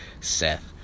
Seth